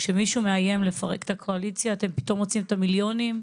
כשמישהו מאיים לפרק את הקואליציה אתם פתאום מוצאים את המיליונים,